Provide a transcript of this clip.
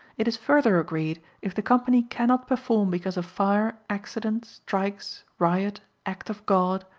it is further agreed if the company cannot perform because of fire, accident, strikes, riot, act of god,